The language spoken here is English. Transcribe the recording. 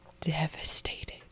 devastated